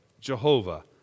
Jehovah